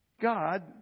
God